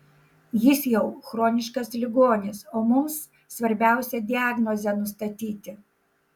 jis jau chroniškas ligonis o mums svarbiausia diagnozę nustatyti